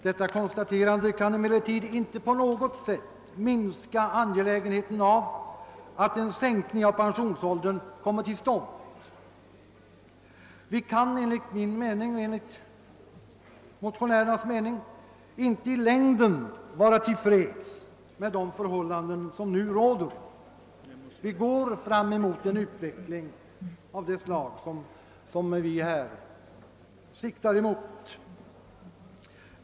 Detta konstaterande kan emeller tid inte på något sätt minska angelägenheten av att en sänkning av pensionsåldern kommer till stånd. Vi kan enligt min och min medmotionärs mening i längden inte vara till freds med de förhållanden som nu råder. Vi går fram emot en utveckling av det slag som vi här siktar mot.